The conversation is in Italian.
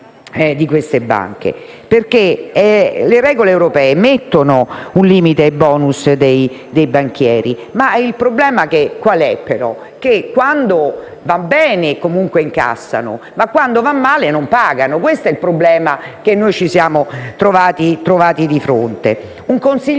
di queste banche. Le regole europee pongono un limite ai *bonus* dei banchieri, ma il problema è che quando va bene, incassano, ma quando va male, non pagano. Questo è il problema che ci siamo trovati di fronte. Un consigliere